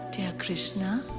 dear krishna.